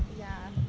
ya